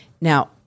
Now